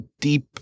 deep